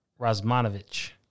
Razmanovich